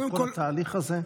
כל תהליך הזה?